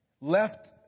left